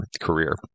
career